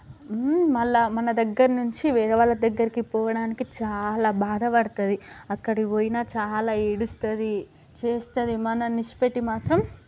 మళ్ళీ మన దగ్గర నుంచి వేరే వాళ్ళ దగ్గరికి పోవడానికి చాలా బాధపడుతుంది అక్కడికి పోయినా చాలా ఏడుస్తుంది చేస్తది మనలని విడిచిపెట్టి మాత్రం